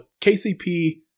KCP